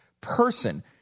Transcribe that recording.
person